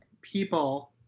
people